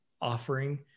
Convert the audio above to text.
offering